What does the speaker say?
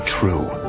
true